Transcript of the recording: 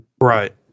Right